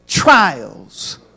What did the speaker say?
trials